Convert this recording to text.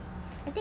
ah